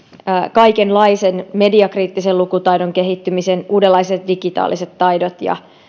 kaikenlaisen mediakriittisen lukutaidon kehittymisen uudenlaiset digitaaliset taidot ja